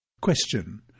Question